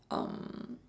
um